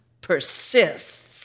persists